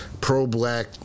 pro-black